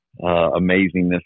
amazingness